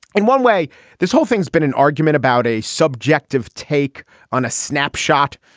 in one way this whole thing has been an argument about a subjective take on a snapshot.